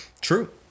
True